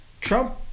Trump